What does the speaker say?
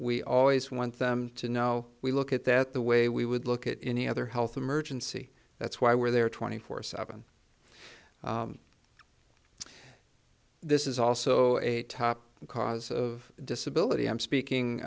we always want them to know we look at that the way we would look at any other health emergency that's why we're there twenty four seven this is also a top cause of disability i'm